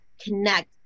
connect